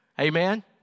Amen